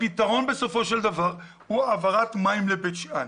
הפתרון בסופו של דבר הוא העברת מים לבית שאן.